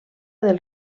del